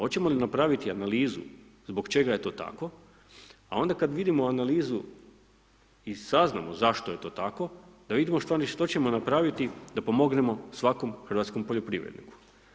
Oćemo li napraviti analizu, zbog čega je to tako, a onda kad vidimo analizu i saznamo zašto je to tako, da vidimo što ćemo napraviti da pomognemo svakom hrvatskom poljoprivredniku.